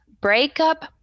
Breakup